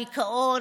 דיכאון,